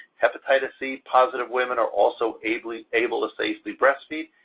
hepatitis-c positive women are also able able to safely breastfeed,